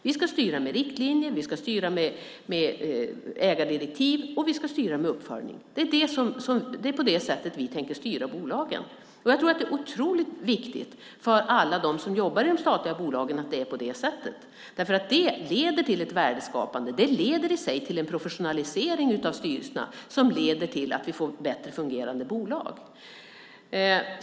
Vi ska styra med riktlinjer, vi ska styra med ägardirektiv och vi ska styra med uppföljning. Det är på det sättet vi tänker styra bolagen. Det är otroligt viktigt för alla dem som jobbar i de statliga bolagen att det är på det sättet. Det leder i sig till ett värdeskapande och till en professionalisering av styrelserna som i sin tur leder till att vi får bättre fungerande bolag.